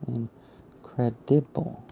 Incredible